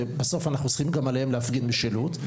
ובסוף אנחנו צריכים להפגין משילות גם עליהם,